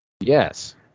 yes